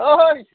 ओहै